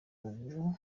ubu